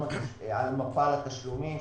שדנות על מפל התשלומים.